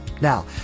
Now